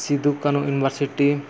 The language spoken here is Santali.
ᱥᱩᱫᱩ ᱠᱟᱹᱱᱩ ᱤᱭᱩᱱᱤᱵᱷᱟᱨᱥᱤᱴᱤ